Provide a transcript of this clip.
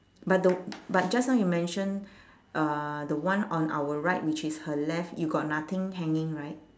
but the but just now you mention uh the one on our right which is her left you got nothing hanging right